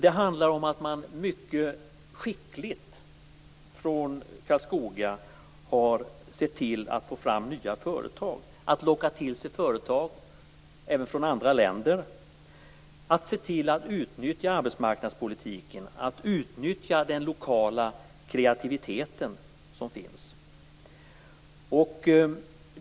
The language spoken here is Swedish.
Detta handlar om att man i Karlskoga mycket skickligt har sett till att få fram nya företag, att locka till sig företag, även från andra länder, att se till att utnyttja arbetsmarknadspolitiken och att utnyttja den lokala kreativitet som finns.